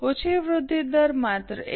ઓછી વૃદ્ધિ દર માત્ર ૧